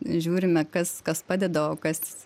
žiūrime kas kas padeda o kas